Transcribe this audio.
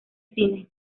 cine